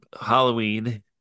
Halloween